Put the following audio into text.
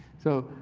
so,